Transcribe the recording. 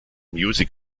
music